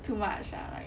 too much lah like